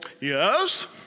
yes